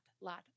lot